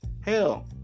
Hell